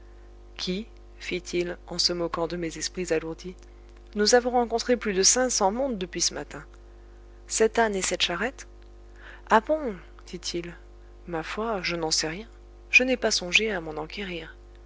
qui fit-il en se moquant de mes esprits alourdis nous avons rencontré plus de cinq cents mondes depuis ce matin cet âne et cette charrette ah bon dit-il ma foi je n'en sais rien je n'ai pas songé à m'en enquérir